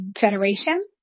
federation